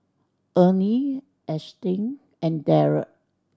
Ernie Ashtyn and Darrel